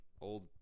old